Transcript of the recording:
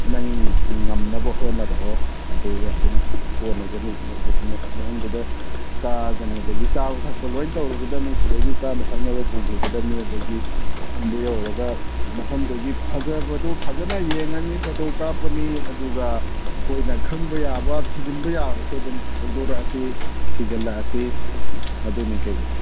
ꯅꯪ ꯉꯝꯅꯕ ꯍꯣꯠꯅꯔꯛꯑꯣ ꯑꯗꯨꯒ ꯑꯗꯨꯝ ꯀꯣꯟꯅꯒꯅꯤ ꯃꯐꯝꯗꯨꯗ ꯀꯥꯒꯅꯤ ꯑꯗꯒꯤ ꯆꯥꯕ ꯊꯛꯄ ꯂꯣꯏ ꯇꯧꯔꯨꯒꯗꯝꯅꯤ ꯁꯤꯗꯒꯤ ꯆꯥꯅ ꯊꯛꯅꯕ ꯄꯨꯒꯤꯒꯗꯝꯅꯤ ꯑꯗꯒꯤ ꯃꯐꯝꯗꯨ ꯌꯧꯔꯒ ꯃꯐꯝꯗꯨꯒꯤ ꯐꯖꯕꯗꯨ ꯐꯖꯅ ꯌꯦꯡꯉꯅꯤ ꯐꯣꯇꯣ ꯀꯥꯞꯄꯅꯤ ꯑꯗꯨꯒ ꯑꯩꯈꯣꯏꯅ ꯈꯪꯕ ꯌꯥꯕ ꯊꯤꯖꯤꯟꯕ ꯌꯥꯕꯁꯨ ꯑꯗꯨꯝ ꯈꯪꯗꯣꯔꯛꯑꯁꯤ ꯊꯤꯖꯤꯜꯂꯛꯑꯁꯤ ꯑꯗꯨꯅꯤ ꯀꯩꯅꯣ